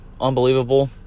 unbelievable